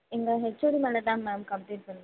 எங்கள் ஹெச்ஓடி மேலே தான் மேம் கம்ப்ளைண்ட் பண்ணனும்